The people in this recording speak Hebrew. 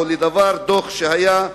או לדוח שהיה,